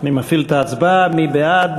מי בעד?